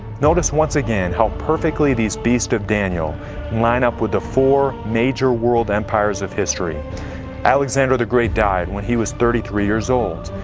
notice once again how perfectly these beasts of daniel line up with the four major world empires of history alexander the great died when he was thirty three years old.